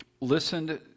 listened